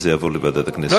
אז זה יעבור לוועדת הכנסת.